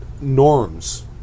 norms